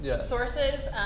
sources